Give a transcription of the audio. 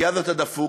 כי אז אתה דפוק,